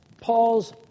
Paul's